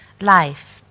life